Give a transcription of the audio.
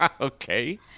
Okay